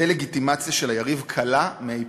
דה-לגיטימציה של היריב קלה מאי-פעם.